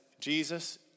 Jesus